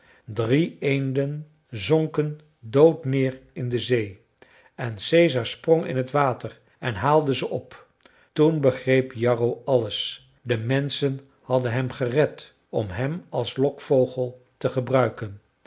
drie eenden zonken dood neer in de zee en caesar sprong in t water en haalde ze op toen begreep jarro alles de menschen hadden hem gered om hem als lokvogel te gebruiken